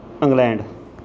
England